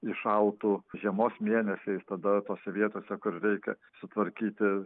įšaltų žiemos mėnesiais tada tose vietose kur reikia sutvarkyti